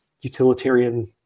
utilitarian